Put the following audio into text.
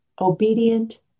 obedient